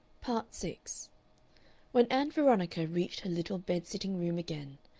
part six when ann veronica reached her little bed-sitting-room again,